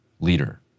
leader